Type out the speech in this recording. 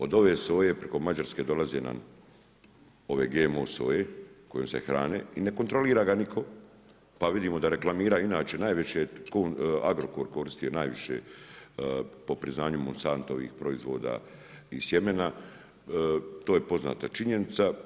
Od ove soje preko Mađarske dolaze nam ove GMO soje kojom se hrane i ne kontrolira ga nitko pa vidimo da reklamira inače najviše je koristio Agrokor po priznanju MOnsantovih proizvoda i sjemena to je poznata činjenica.